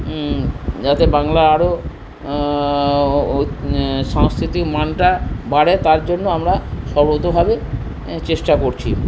যাতে বাংলা আরো সংস্কৃতির মানটা বাড়ে তার জন্য আমরা সর্বতভাবে চেষ্টা করছি